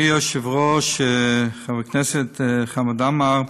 היושב-ראש, חבר הכנסת חמד עמאר,